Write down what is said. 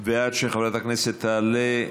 ועד שחברת הכנסת תעלה,